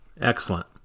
Excellent